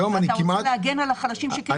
אתה רוצה להגן על החלשים שכן שותים.